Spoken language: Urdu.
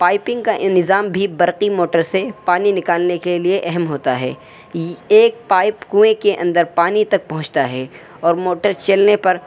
پائپنگ کا نظام بھی برقی موٹر سے پانی نکالنے کے لیے اہم ہوتا ہے ایک پائپ کنویں کے اندر پانی تک پہنچتا ہے اور موٹر چلنے پر